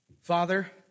Father